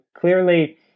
clearly